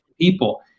people